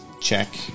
check